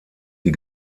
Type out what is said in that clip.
die